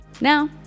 Now